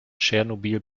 tschernobyl